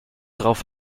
drauf